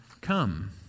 come